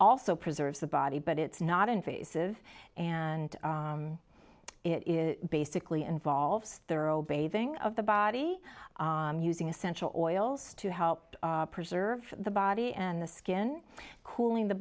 also preserves the body but it's not invasive and it is basically involves thorough bathing of the body using essential oils to help preserve the body and the skin cooling the